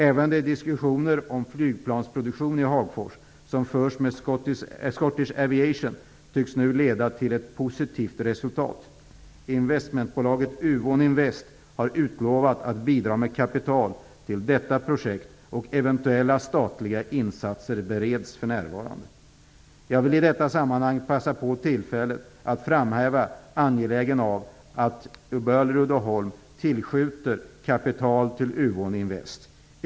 Även de diskussioner om flygplansproduktion i Hagfors som förs med Scottish Aviation tycks nu leda till ett positivt resultat. Investmentbolaget Uvån Invest har utlovat att bidra med kapital till detta projekt, och eventuella statliga insatser bereds för närvarande. Jag vill i detta sammanhang passa på tillfället att framhäva angelägenheten av att Böhler-Uddeholm tillskjuter kapital till Uvån Invest.